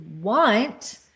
want